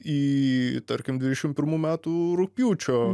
į tarkim dvidešim pirmų metų rugpjūčio